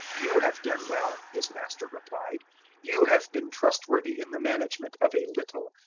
you have done well his master replied you have been trustworthy in the management of a little,